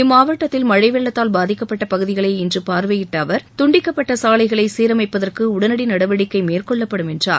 இம்மாவட்டத்தில் மழை வெள்ளத்தால் பாதிக்கப்பட்ட பகுதிகளை இன்று பார்வையிட்ட அவர் துண்டிக்கப்பட்ட சாலைகளை சீரமைப்பதற்கு உடனடி நடவடிக்கை மேற்கொள்ளப்படும் என்றார்